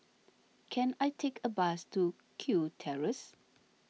can I take a bus to Kew Terrace